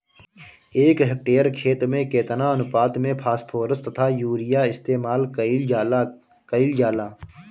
एक हेक्टयर खेत में केतना अनुपात में फासफोरस तथा यूरीया इस्तेमाल कईल जाला कईल जाला?